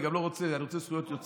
אני גם רוצה זכויות יוצרים.